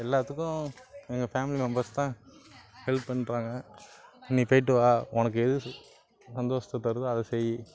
எல்லாத்துக்கும் எங்கள் family members தான் ஹெல்ப் பண்ணுறாங்க நீ போயிட்டு வா உனக்கு எது சந்தோஷத்தை தருதோ அதை செய்